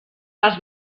les